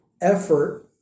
effort